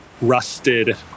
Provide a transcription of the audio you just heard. rusted